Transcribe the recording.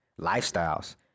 lifestyles